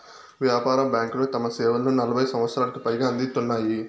వ్యాపార బ్యాంకులు తమ సేవలను నలభై సంవచ్చరాలకు పైగా అందిత్తున్నాయి